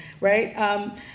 right